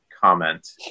comment